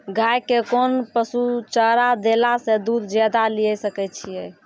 गाय के कोंन पसुचारा देला से दूध ज्यादा लिये सकय छियै?